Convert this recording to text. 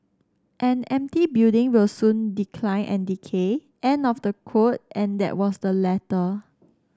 an empty building will soon decline and decay end of the quote and that was the letter